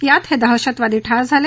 यात हे दहशतवादी ठार झाले